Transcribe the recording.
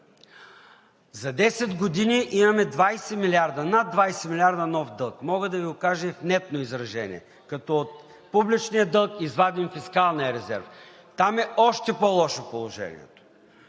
За 10 години имаме 20 милиарда, над 20 милиарда нов дълг – мога да Ви го кажа и в нетно изражение, като от публичния дълг извадим фискалния резерв, там е още по-лошо положението.